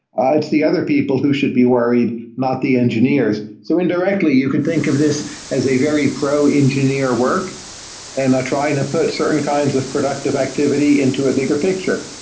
ah it's the other people who should be worried, not the engineers. so indirectly you could think of this is a very pro-engineer work and trying to put certain kinds of productive activity into a bigger picture,